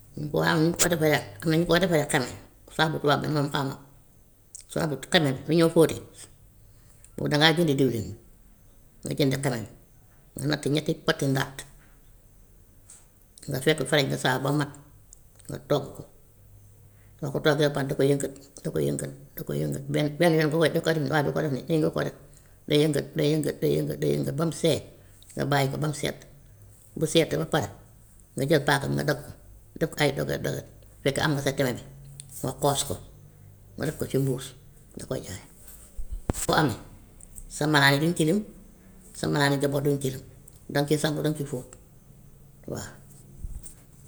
Nu ñu ko waaw nu ñu ko defaree nu ñu ko defaree xeme saabu tubaab bi moom xaw ma. Saabu xeme bu ñoo fóotee boobu dangay jënd diwlin, nga jënd xeme, natt ñetti poti ndàtt nga sotti fële ñu saaf ba mu mat, nga togg ko boo ko toggee ba pare di ko yëngal, di ko yëngal, di ko yëngal benn benn yoon nga koy doog a def nii waaye doo ko def nii nga koy def, di yëngal, di yëngal, di yëngal, di yëngal ba mu seey nga bàyyi ko ba mu sedd, bu sedd ba pare nga jël paaka bi nga dagg ko, def ko ay dogat, dogat, fekk am nga sa keme bi, nga xoos ko. nga def ko ci mbuus di ko jaay. Bu amee sa malaan yi du ñu tilim, sa malaan yi danga si sangu, danga si fóot waa.